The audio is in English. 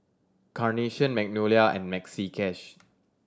Carnation Magnolia and Maxi Cash